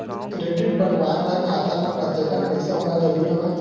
Credit बनवाय बर खाता म कतेकन पईसा होना जरूरी हवय?